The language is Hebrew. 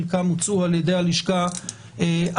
חלקם הוצאו על ידי הלשכה המשפטית.